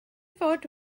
fod